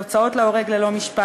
להוצאות להורג ללא משפט.